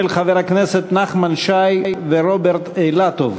של חברי הכנסת נחמן שי ורוברט אילטוב.